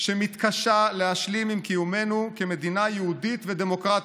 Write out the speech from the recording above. שמתקשה להשלים עם קיומנו כמדינה יהודית ודמוקרטית,